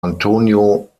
antonio